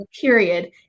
period